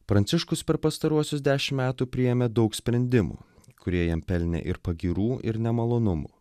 pranciškus per pastaruosius dešimt metų priėmė daug sprendimų kurie jam pelnė ir pagyrų ir nemalonumų